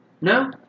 No